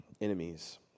enemies